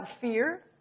Fear